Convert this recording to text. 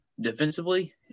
defensively